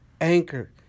Anchor